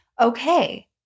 Okay